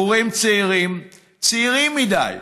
בחורים צעירים, צעירים מדי,